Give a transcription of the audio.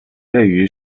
对于